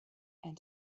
and